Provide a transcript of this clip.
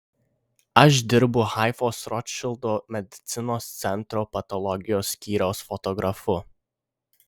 aš dirbu haifos rotšildo medicinos centro patologijos skyriaus fotografu